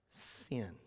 Sin